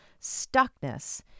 stuckness